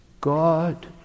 God